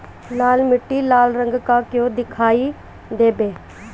लाल मीट्टी लाल रंग का क्यो दीखाई देबे?